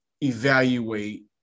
evaluate